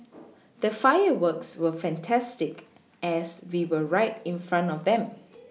the fireworks were fantastic as we were right in front of them